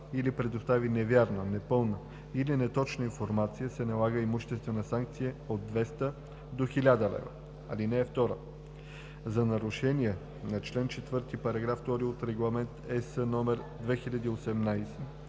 или предостави невярна, непълна или неточна информация, се налага имуществена санкция от 200 до 1000 лв. (2) За нарушение на чл. 4, параграф 2 от Регламент (ЕС) № 2018/644